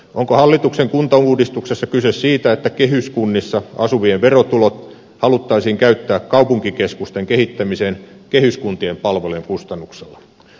onko hallituksen kuntauudistuksessa kyse siitä että kehyskunnissa asuvien verotulot haluttaisiin käyttää kaupunkikeskusten kehittämiseen kehyskuntien palvelujen kustannuksella